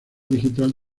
digital